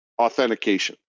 authentication